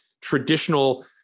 traditional